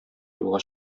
юлга